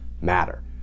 matter